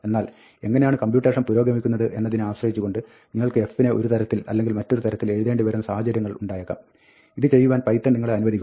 എന്നാൽ എങ്ങിനെയാണ് കമ്പ്യൂട്ടേഷൻ പുരോഗമിക്കുന്നത് എന്നതിനെ ആശ്രയിച്ചുകൊണ്ട് നിങ്ങൾക്ക് f നെ ഒരു തരത്തിൽ അല്ലെങ്കിൽ മറ്റൊരു തരത്തിൽ എഴുതേണ്ടി വരുന്ന സാഹചര്യങ്ങൾ ഉണ്ടായേക്കാം ഇത് ചെയ്യുവാൻ പൈത്തൺ നിങ്ങളെ അനുവദിക്കുന്നു